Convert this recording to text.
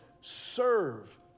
Serve